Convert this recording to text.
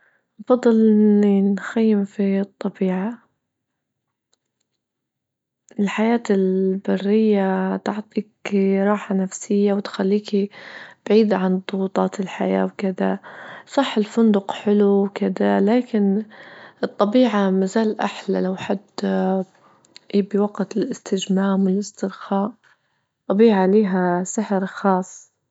بفضل أنى نخيم في الطبيعة، الحياة البرية تعطيك راحة نفسية وتخليكي بعيدة عن ضغوطات الحياة وكذا، صح الفندق حلو وكدا لكن الطبيعة ما زال أحلى لو حد يبي وقت للإستجمام والإسترخاء، الطبيعية ليها سحر خاص.